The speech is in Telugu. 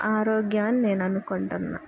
ఆరోగ్యం అని నేను అనుకుంటున్నా